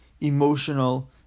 emotional